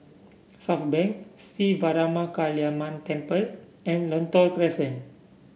Southbank Sri Veeramakaliamman Temple and Lentor Crescent